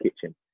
Kitchen